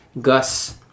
Gus